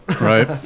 Right